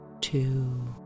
two